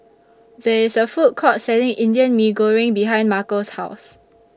There IS A Food Court Selling Indian Mee Goreng behind Markel's House